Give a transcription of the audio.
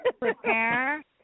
Prepare